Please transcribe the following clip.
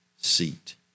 seat